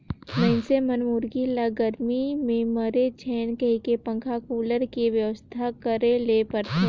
मइनसे मन मुरगी ल गरमी में मरे झेन कहिके पंखा, कुलर के बेवस्था करे ले परथे